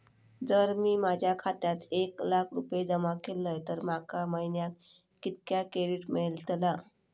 जर मी माझ्या खात्यात एक लाख रुपये जमा केलय तर माका महिन्याक कितक्या क्रेडिट मेलतला?